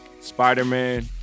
Spider-Man